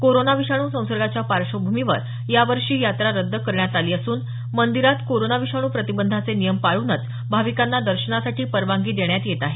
corona विषाणू संसर्गाच्या पार्श्वभूमीवर यावर्षी ही यात्रा रद्द करण्यात आली असून मंदिरात कोरोना विषाणू प्रतिबंधाचे नियम पाळूनच भाविकांना दर्शनासाठी परवानगी देण्यात येत आहे